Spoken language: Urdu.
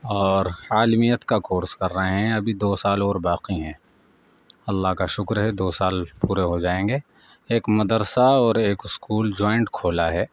اور عالمیت کا کورس کر رہے ہیں ابھی دو سال اور باقی ہیں اللہ کا شکر ہے دو سال پورے ہو جائیں گے ایک مدرسہ اور ایک اسکول جوائنٹ کھولا ہے